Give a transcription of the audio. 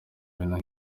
bintu